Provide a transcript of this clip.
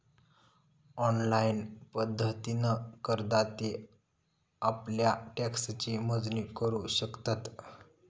online पद्धतीन करदाते आप्ल्या टॅक्सची मोजणी करू शकतत